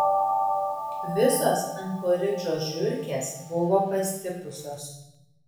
visos ankoridžo žiurkės buvo pastipusios